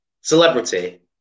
celebrity